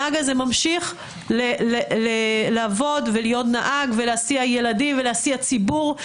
הנהג הזה ממשיך לעבוד ולהיות נהג ולהסיע ילדים ולהסיע ציבור.